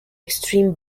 xtreme